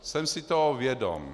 Jsem si toho vědom.